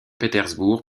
pétersbourg